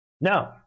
No